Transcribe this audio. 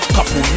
Couple